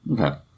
Okay